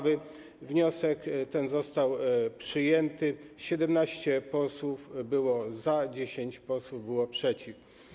Wniosek ten został przyjęty: 17 posłów było za, 10 posłów było przeciw.